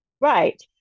right